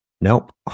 Nope